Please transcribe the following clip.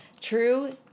True